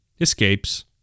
Escapes